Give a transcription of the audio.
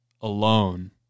alone